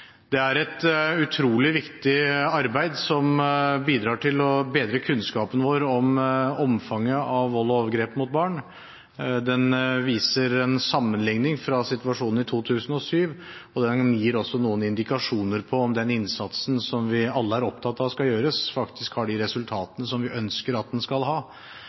Det er et utrolig viktig arbeid som bidrar til å bedre kunnskapen vår om omfanget av vold og overgrep mot barn. Den viser en sammenlikning med situasjonen i 2007, og den gir også noen indikasjoner på om den innsatsen vi alle er så opptatt av skal gjøres, faktisk har de resultatene som vi ønsker at den skal ha.